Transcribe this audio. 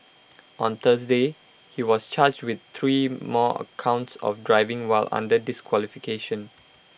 on Thursday he was charged with three more counts of driving while under disqualification